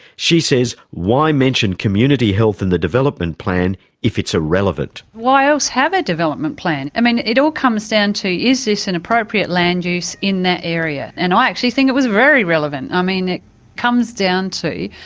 she says why mention community health in the development plan if it's irrelevant? why else have a development plan? i mean it all comes down to is this an appropriate land use in that area, and i actually think it was very relevant. i mean it comes down to,